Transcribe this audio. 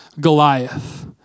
Goliath